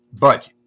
budget